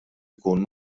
ikun